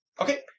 Okay